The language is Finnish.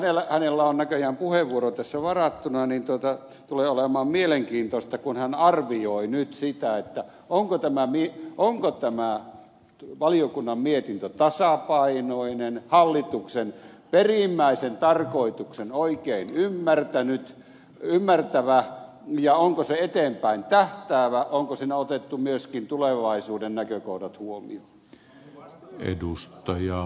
kun hänellä on näköjään puheenvuoro tässä varattuna niin tulee olemaan mielenkiintoista kun hän arvioi nyt sitä onko tämä valiokunnan mietintö tasapainoinen hallituksen perimmäisen tarkoituksen oikein ymmärtävä ja onko se eteenpäin tähtäävä onko siinä otettu myöskin tulevaisuuden näkökohdat huomioon